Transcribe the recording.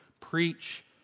preach